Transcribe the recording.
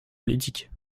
politique